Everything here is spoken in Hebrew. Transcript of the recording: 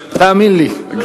תאמין לי.